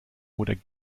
oder